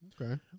Okay